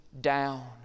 down